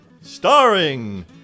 Starring